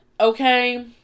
okay